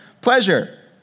pleasure